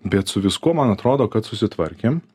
bet su viskuo man atrodo kad susitvarkėm